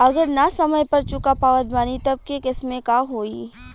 अगर ना समय पर चुका पावत बानी तब के केसमे का होई?